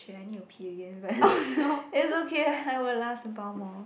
!shit! I need to pee again but it's okay I will last about more